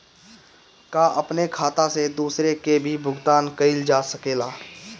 का अपने खाता से दूसरे के भी भुगतान कइल जा सके ला?